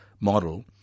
model